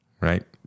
right